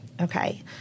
Okay